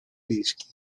dischi